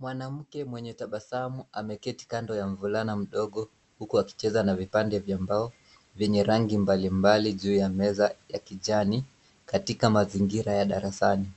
Mwanamke mwenye tabasamu ameketi kando ya mvulana mdogo, huku akicheza na vipande vya mbao, vyenye rangi mbali mbali juu ya meza ya kijani, katika mazingira ya darasani.